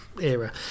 era